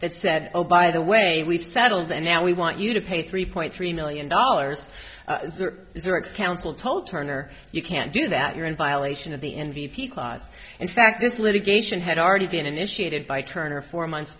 that said oh by the way we've settled and now we want you to pay three point three million dollars is there a council told turner you can't do that you're in violation of the in v p caught in fact this litigation had already been initiated by turner four months